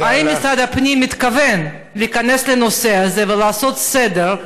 האם משרד הפנים מתכוון להיכנס לנושא הזה ולעשות סדר?